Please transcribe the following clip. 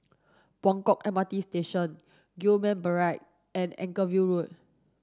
Buangkok M R T Station Gillman Barrack and Anchorvale Road